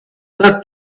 that